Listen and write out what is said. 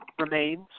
remains